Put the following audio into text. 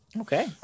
Okay